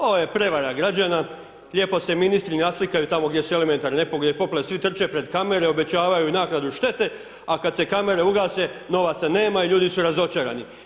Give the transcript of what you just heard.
Ovo je prevara građana, lijepo se ministri naslikaju tamo gdje su elementarne nepogode, poplave, svi trče pred kamere, obećavaju i naknadu štete a kada se kamere ugase novaca nema i ljudi su razočarani.